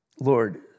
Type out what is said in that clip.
Lord